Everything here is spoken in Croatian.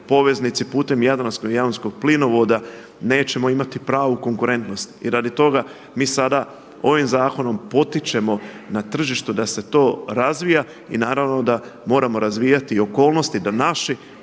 putem jadransko-jonskog plinovoda nećemo imati pravu konkurentnost. I radi toga mi sada ovim zakonom potičemo na tržištu da se to razvija i naravno da moramo razvijati okolnosti da naše